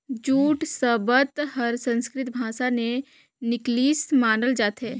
jute सबद हर संस्कृति भासा ले निकलिसे मानल जाथे